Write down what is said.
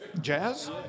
Jazz